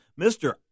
Mr